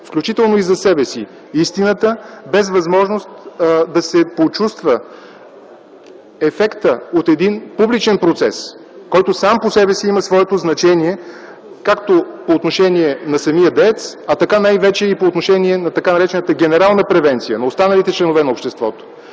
включително и за себе си, истината, без възможност да се почувства ефектът от един публичен процес, който сам по себе си има своето значение по отношение на самия деец и най-вече по отношение на така наречената генерална превенция, на останалите членове на обществото.